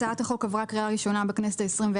הצעת החוק עברה בקריאה ראשונה בכנסת ה-24